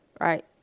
Right